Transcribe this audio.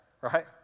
right